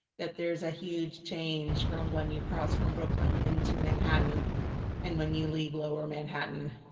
that there is a huge change from when you cross from brooklyn into manhattan and when you leave lower manhattan.